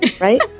right